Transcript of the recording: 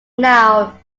now